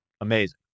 amazing